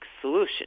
solution